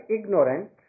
ignorant